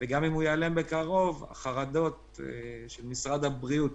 וגם אם הוא ייעלם בקרוב, החרדות של משרד הבריאות